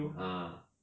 uh